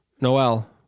Noel